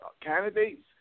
candidates